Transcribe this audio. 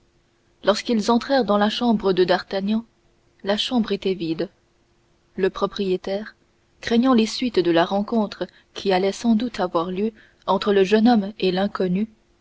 lorsqu'ils entrèrent dans la chambre de d'artagnan la chambre était vide le propriétaire craignant les suites de la rencontre qui allait sans doute avoir lieu entre le jeune homme et l'inconnu